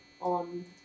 on